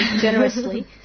generously